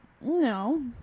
No